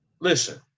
Listen